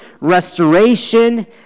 restoration